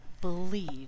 Believe